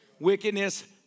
Wickedness